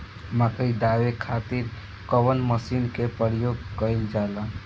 मकई दावे खातीर कउन मसीन के प्रयोग कईल जाला?